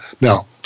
Now